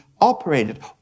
operated